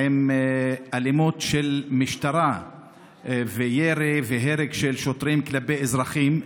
עם אלימות של משטרה וירי והרג של שוטרים כלפי אזרחים.